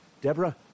Deborah